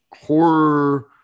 horror